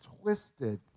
twisted